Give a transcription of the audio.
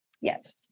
yes